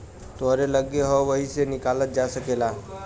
तोहरे लग्गे हौ वही से निकालल जा सकेला